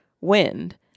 wind